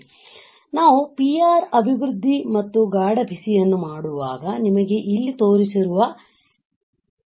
ಹಾಗಾಗಿ ನಾವು PR ಅಭಿವೃದ್ದಿ ಮತ್ತು ಗಾಢ ಬಿಸಿಯನ್ನು ಮಾಡುವಾಗ ನಿಮಗೆ ಇಲ್ಲಿ ತೋರಿಸಿರುವ ಈ ನಿರ್ದಿಷ್ಟ ಹಾಳೆಯು ಸಿಗುತ್ತದೆ